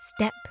step